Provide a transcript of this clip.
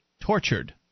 Tortured